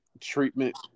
treatment